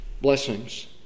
blessings